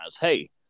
hey